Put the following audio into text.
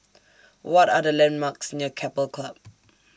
What Are The landmarks near Keppel Club